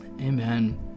Amen